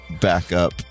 Backup